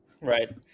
Right